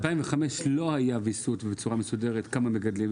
יש משהו בשכל שהם אומרים שב-2005 לא היה ויסות בצורה מסודרת כמה מגדלים,